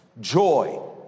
joy